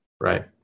Right